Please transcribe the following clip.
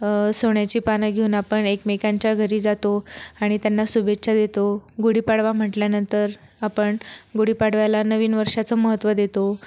सोन्याची पान घेऊन आपण एकमेकांच्या घरी जातो आणि त्यांना शुभेच्छा देतो गुढी पाडवा म्हटल्यानंतर आपण गुढीपाडव्याला नवीन वर्षाचं महत्त्व देतो